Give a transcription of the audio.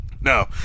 No